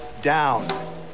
down